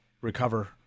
recover